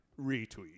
Retweet